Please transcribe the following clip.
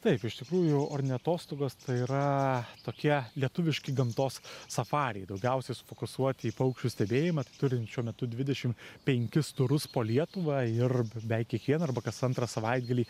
taip iš tikrųjų orniatostogos tai yra tokie lietuviški gamtos safariai daugiausiai sufokusuoti į paukščių stebėjimą tai turim šiuo metu dvidešim penkis turus po lietuvą ir beveik kiekvieną arba kas antrą savaitgalį